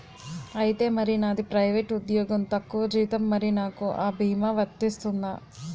ఐతే మరి నాది ప్రైవేట్ ఉద్యోగం తక్కువ జీతం మరి నాకు అ భీమా వర్తిస్తుందా?